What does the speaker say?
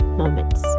moments